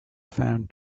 found